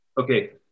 Okay